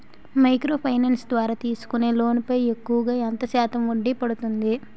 Micro finance ద్వారా తీసుకునే loan పై ఎక్కువుగా ఎంత శాతం వడ్డీ పడుతుంది?